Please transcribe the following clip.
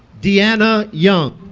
de'anna young